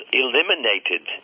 eliminated